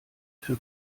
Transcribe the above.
für